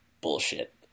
bullshit